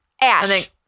ash